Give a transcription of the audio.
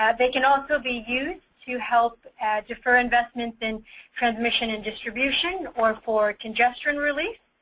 um they can also be used to help defer investment in transmission and distribution or for congestion really,